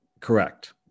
Correct